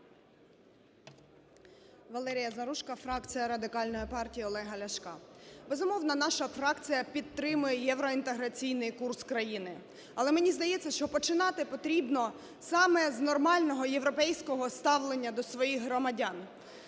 Валерія Заружко, фракція Радикальна партії Олега Ляшка. Безумовно, наша фракція підтримує євроінтеграційний курс країни. Але, мені здається, що починати потрібно саме з нормального європейського ставлення до своїх громадян.